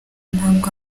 ntabwo